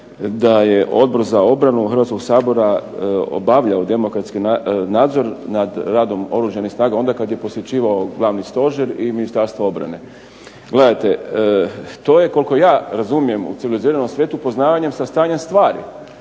da je Odbor za obranu Hrvatskoga sabora obavljao demokratski nadzor nad radom Oružanih snaga onda kad je posjećivao Glavni stožer i Ministarstvo obrane. Gledajte, to je koliko ja razumijem u civiliziranom svijetu upoznavanje sa stanjem stvari.